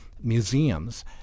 museums